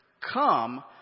come